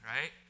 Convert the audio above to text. right